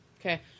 Okay